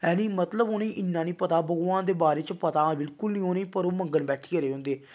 हैनी मतलब उ'नेंगी इन्ना निं पता भगवान दे बारे च पता बिलकुल निं उ'नेंई पर ओह् मंगन बैठी गेदे होंदे ओह्